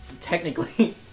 technically